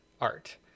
art